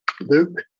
Luke